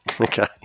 Okay